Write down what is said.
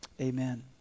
Amen